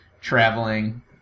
traveling